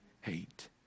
hate